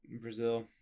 Brazil